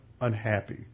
unhappy